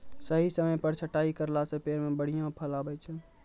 सही समय पर छंटाई करला सॅ पेड़ मॅ बढ़िया फल आबै छै